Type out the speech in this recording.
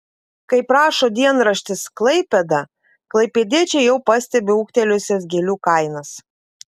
kaip rašo dienraštis klaipėda klaipėdiečiai jau pastebi ūgtelėjusias gėlių kainas